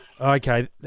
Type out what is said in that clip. okay